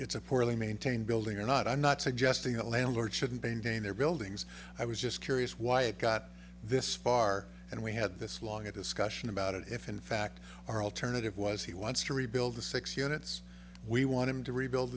it's a poorly maintained building or not i'm not suggesting that landlords shouldn't be in danger buildings i was just curious why it got this far and we had this long a discussion about it if in fact our alternative was he wants to rebuild the six units we want him to rebuild